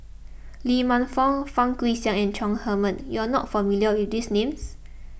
Lee Man Fong Fang Guixiang and Chong Heman You are not familiar with these names